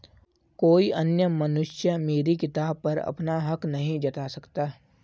कोई अन्य मनुष्य मेरी किताब पर अपना हक नहीं जता सकता